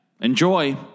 Enjoy